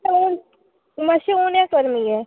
उण मातशें उणें कर मगे